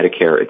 Medicare